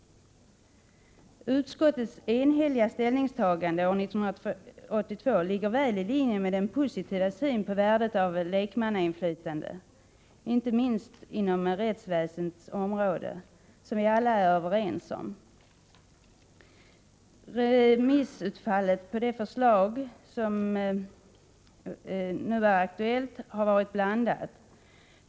Utskottets enhälliga ställningstagande år 1982 ligger väl i linje med den positiva syn på värdet av lekmannainflytande, inte minst på rättsväsendets område, som vi alla är överens om. Remissutfallet på det förslag om medborgarinflytande hos riksåklagaren som nu är aktuellt har varit blandat.